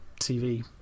TV